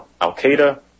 al-Qaeda